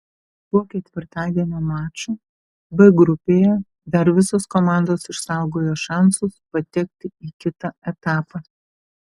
po ketvirtadienio mačų b grupėje dar visos komandos išsaugojo šansus patekti į kitą etapą